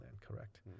Correct